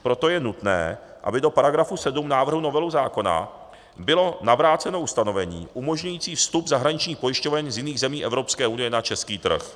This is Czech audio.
Proto je nutné, aby do § 7 návrhu novely zákona bylo navráceno ustanovení umožňující vstup zahraničních pojišťoven z jiných zemí Evropské unie na český trh.